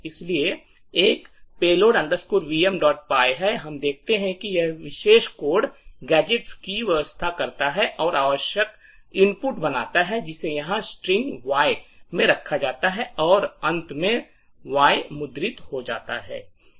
इसलिए एक payload vmpy है हम देखते हैं कि यह विशेष कोड गैजेट्स की व्यवस्था करता है और आवश्यक इनपुट बनाता है जिसे यहां स्ट्रिंग वाई में रखा जाता है और अंत में वाई मुद्रित हो जाता है